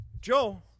Joe